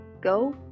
go